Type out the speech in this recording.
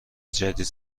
جدید